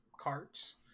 carts